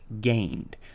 gained